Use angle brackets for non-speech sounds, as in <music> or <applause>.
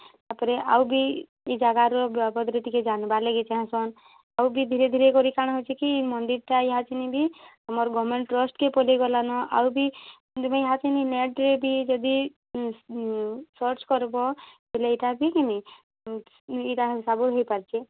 ତା' ପରେ ଆଉ ବି ଇ ଜାଗାର ବାବଦ୍ରେ ଟିକେ ଜାନ୍ବାର୍ ଲାଗି ଚାହେଁସନ୍ ଆଉ ବି ଧୀରେ ଧୀରେ କରି କାଣା ହଉଚେ କି ଇ ମନ୍ଦିର୍ଟା ଇହାଚିନି ବି ଆମର୍ ଗମେଣ୍ଟ୍ ଟ୍ରଷ୍ଟ୍କେ ପଲେଇଗଲାନ ଆଉ ବି ସେଥିପାଇଁ ଇହାଚିନି ନେଟ୍ରେ ବି ଯଦି ସର୍ଚ୍ଚ୍ କର୍ବ ବେଲେ ଏଇଟା ଭି କି ନାଇଁ ଇଟା ସବୁ <unintelligible> ହେଇପାରୁଛେ